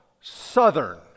southern